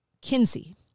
Kinsey